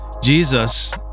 Jesus